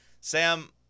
Sam